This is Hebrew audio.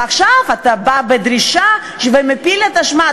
ועכשיו אתה בא בדרישה ומפיל את האשמה,